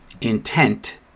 intent